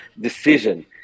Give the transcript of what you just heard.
decision